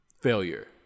failure